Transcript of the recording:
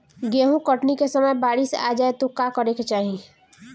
गेहुँ कटनी के समय बारीस आ जाए तो का करे के चाही?